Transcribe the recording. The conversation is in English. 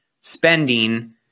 spending